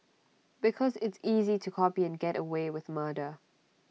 because it's easy to copy and get away with murder